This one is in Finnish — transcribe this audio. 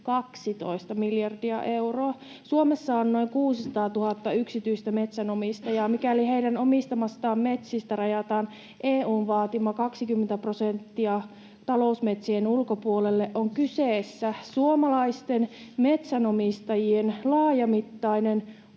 12 miljardia euroa. Suomessa on noin 600 000 yksityistä metsänomistajaa. Mikäli heidän omistamistaan metsistä rajataan EU:n vaatima 20 prosenttia talousmetsien ulkopuolelle, on kyseessä suomalaisten metsänomistajien omaisuuden